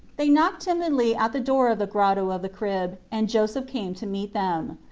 they knocked timidly at the door of the grotto of the crib and joseph came to meet them.